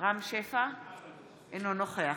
אינו נוכח